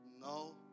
no